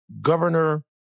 Governor